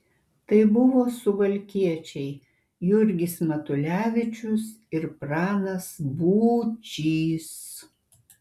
tai buvo suvalkiečiai jurgis matulevičius ir pranas būčys